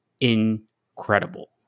incredible